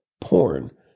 porn